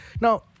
Now